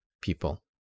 people